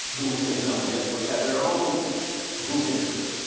dewey says no, the experts have their own group interests.